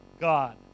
God